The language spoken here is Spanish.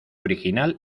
original